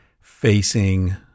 facing